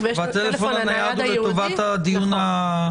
והטלפון הנייד הוא לטובת הדיון.